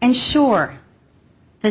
ensure that